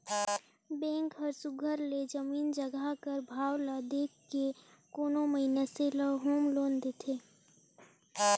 bank हर सुग्घर ले जमीन जगहा कर भाव ल देख के कोनो मइनसे ल होम लोन देथे